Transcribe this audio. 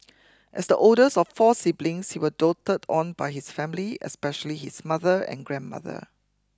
as the oldest of four siblings he were doted on by his family especially his mother and grandmother